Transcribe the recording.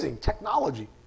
technology